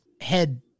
head